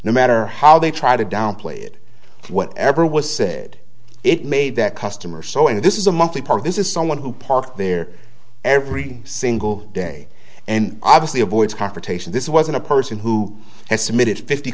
no matter how they try to downplay it whatever was said it made that customer so and this is a monthly part of this is someone who parked there every single day and obviously avoids confrontation this wasn't a person who has submitted fifty